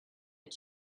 but